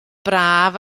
braf